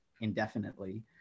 indefinitely